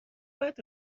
باید